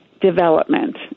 development